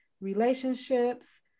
relationships